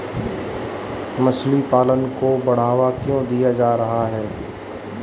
मछली पालन को बढ़ावा क्यों दिया जा रहा है?